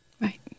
right